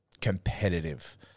competitive